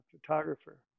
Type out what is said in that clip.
photographer